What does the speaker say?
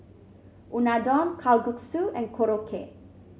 Unadon Kalguksu and Korokke